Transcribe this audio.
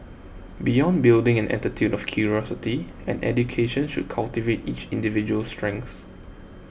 beyond building an attitude of curiosity an education should cultivate each individual's strengths